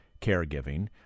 caregiving